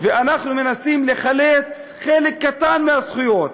ואנחנו מנסים לחלץ חלק קטן מהזכויות,